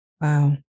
wow